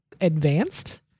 advanced